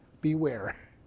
beware